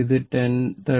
ഇത് 13